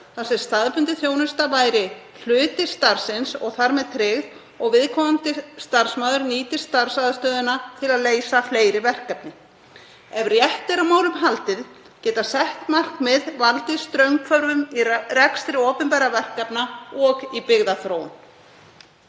þar sem staðbundin þjónusta væri hluti starfsins og þar með tryggð, og viðkomandi starfsmaður nýtir starfsaðstöðuna til að leysa fleiri verkefni. Ef rétt er á málum haldið geta sett markmið valdið straumhvörfum í rekstri opinberra verkefna og í byggðaþróun.